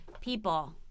people